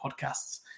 Podcasts